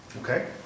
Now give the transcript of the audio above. Okay